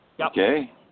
Okay